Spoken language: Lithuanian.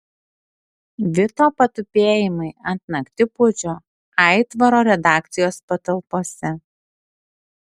vito patupėjimai ant naktipuodžio aitvaro redakcijos patalpose